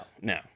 no